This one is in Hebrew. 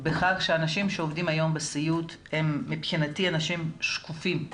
שאנשים שעובדים היום בסיעוד מבחינתי הם אנשים שקופים.